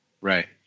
right